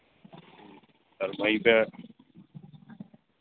sir वहीं पर है